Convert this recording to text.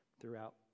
throughout